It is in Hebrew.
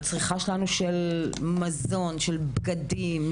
הצריכה של מזון, של בגדים.